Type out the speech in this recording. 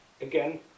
again